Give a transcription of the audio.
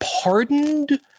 pardoned